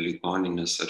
ligoninės ar